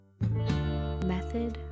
Method